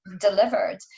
delivered